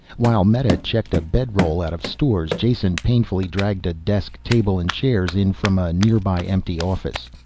while meta checked a bed-roll out of stores, jason painfully dragged a desk, table and chairs in from a nearby empty office.